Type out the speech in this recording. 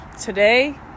Today